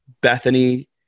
Bethany-